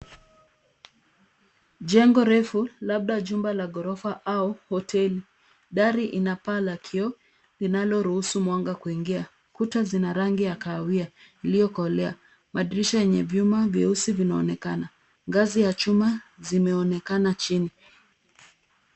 Jengo refu labda jumba la ghorof au hoteli, dari ina paa la kioo linaloruhusu mwanga kuingia, kuta zina rangi ya kahawia iliyokolea. Madirisha yenye vyuma vyeusi vinaonekana, ngazi ya chuma zimeonekana chini.